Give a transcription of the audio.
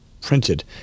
printed